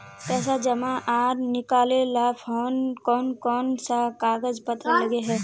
पैसा जमा आर निकाले ला कोन कोन सा कागज पत्र लगे है?